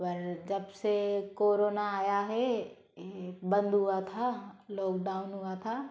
पर जब से कोरोना आया है ये बंद हुआ था लॉकडाउन हुआ था